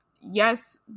yes